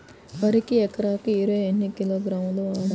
వరికి ఎకరాకు యూరియా ఎన్ని కిలోగ్రాములు వాడాలి?